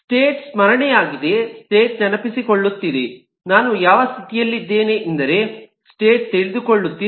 state ಸ್ಮರಣೆಯಾಗಿದೆ state ನೆನಪಿಸಿಕೊಳ್ಳುತ್ತಿದೆ ನಾನು ಯಾವ ಸ್ಥಿತಿಯಲ್ಲಿದ್ದೇನೆಂದು ಸ್ಟೇಟ್ ತಿಳಿದುಕೊಳ್ಳುತ್ತಿದೆ